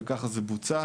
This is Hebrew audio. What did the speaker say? וככה זה בוצע.